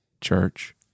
Church